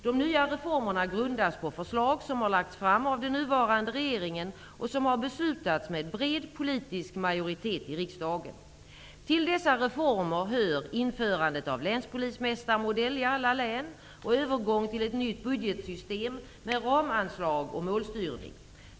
De nya reformerna grundas på förslag som har lagts fram av den nuvarande regeringen och som har beslutats med bred politisk majoritet i riksdagen. Till dessa reformer hör införandet av länspolismästarmodell i alla län och övergång till ett nytt budgetsystem med ramanslag och målstyrning.